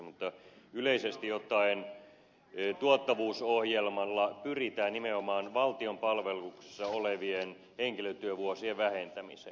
mutta yleisesti ottaen tuottavuusohjelmalla pyritään nimenomaan valtion palveluksessa olevien henkilötyövuosien vähentämiseen